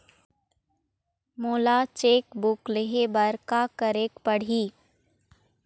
मोला cheque book लेहे बर का केरेक पढ़ही?